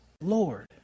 Lord